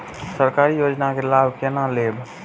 सरकारी योजना के लाभ केना लेब?